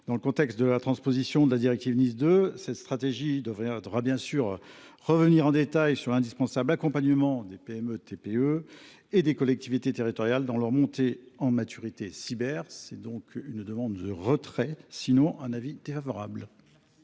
Dans le contexte de la transposition de la directive NIS 2, cette stratégie devra bien sûr revenir en détail sur l’indispensable accompagnement des PME TPE et des collectivités territoriales dans leur montée en maturité cyber. C’est la raison pour laquelle